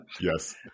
Yes